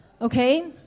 Okay